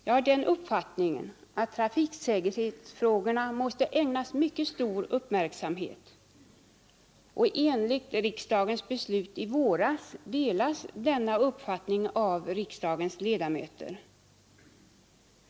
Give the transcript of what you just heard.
Jag har den uppfattningen att trafiksäkerhetsfrågorna måste ägnas mycket stor uppmärksamhet, och enligt riksdagens beslut i våras delas denna uppfattning av riksdagens ledamöter.